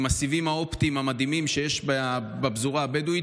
הסיבים האופטיים המדהימים שיש בפזורה הבדואית,